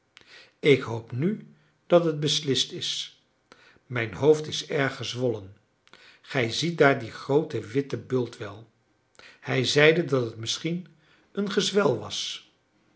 ik hoop nu dat het beslist is mijn hoofd is erg gezwollen gij ziet daar dien grooten witten bult wel hij zeide dat het misschien een gezwel was